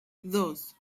dos